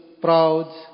proud